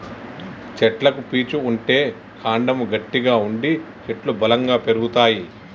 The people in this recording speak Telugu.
చెట్లకు పీచు ఉంటే కాండము గట్టిగా ఉండి చెట్లు బలంగా పెరుగుతాయి